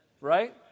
Right